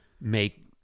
make